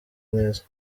neza